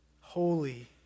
holy